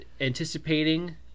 anticipating